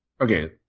Okay